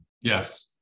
Yes